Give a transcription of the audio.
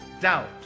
doubt